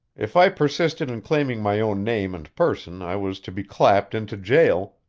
if i persisted in claiming my own name and person i was to be clapped into jail,